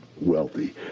wealthy